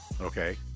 Okay